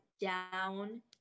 down